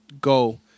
go